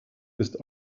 ist